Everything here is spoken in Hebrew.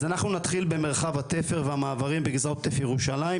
אז אנחנו נתחיל במרחב התפר והמעברים בגזרת עוטף ירושלים,